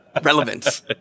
Relevance